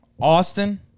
Austin